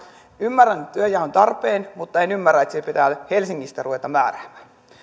ymmärrän työnjaon tarpeen mutta en ymmärrä että sitä pitää helsingistä ruveta määräämään ja sitten